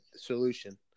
solution